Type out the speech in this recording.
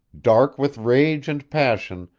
dark with rage and passion,